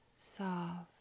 soft